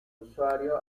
usuario